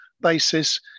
basis